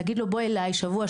להגיד לו בוא אליי שבוע,